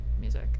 music